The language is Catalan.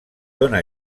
dóna